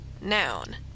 Noun